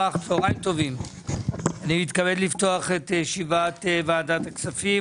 צוהריים טובים אני מתכבד לפתוח את ישיבת ועדת הכספים,